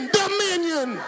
dominion